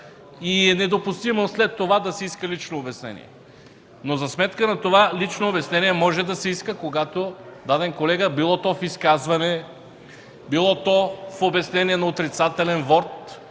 и е недопустимо след това да се иска лично обяснение. За сметка на това лично обяснение може да се иска, когато даден колега – било в изказване, било в обяснение на отрицателен вот,